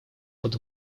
под